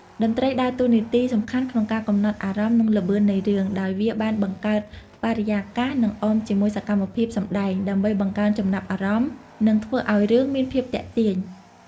តន្ត្រីដើរតួនាទីសំខាន់ក្នុងការកំណត់អារម្មណ៍ និងល្បឿននៃរឿង ដោយវាបានបង្កើតបរិយាកាស និងអមជាមួយសកម្មភាពសម្តែង ដើម្បីបង្កើនចំណាប់អារម្មណ៍ និងធ្វើឲ្យរឿងមានភាពទាក់ទាញ។